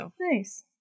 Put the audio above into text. Nice